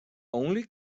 only